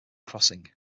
crossing